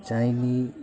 जायनि